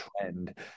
trend